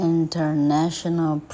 International